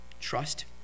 Trust